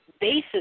basis